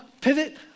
pivot